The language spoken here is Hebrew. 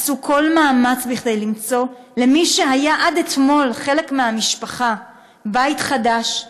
עשו כל מאמץ כדי למצוא למי שהיה עד אתמול חלק מהמשפחה בית חדש,